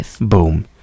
Boom